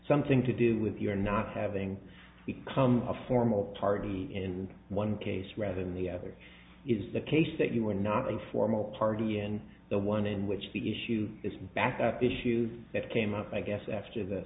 something to do with your not having become a formal party in one case rather than the other is the case that you are not a formal party in the one in which the issue is back up issues that came up i guess after th